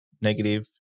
negative